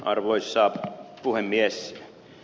arvoisa puhemies